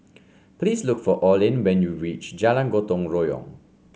please look for Orlin when you reach Jalan Gotong Royong